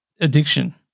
addiction